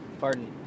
Pardon